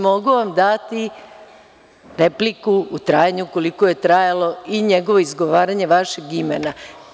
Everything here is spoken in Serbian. Mogu vam dati repliku u trajanju koliko je trajalo i njegovo izgovaranje vašeg imena.